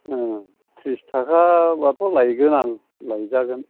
ओं थ्रिस थाखाबाथ' लायगोन आं लायजागोन